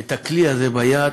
את הכלי הזה ביד,